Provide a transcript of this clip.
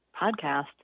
podcast